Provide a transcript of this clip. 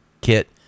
Kit